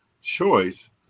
choice